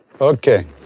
Okay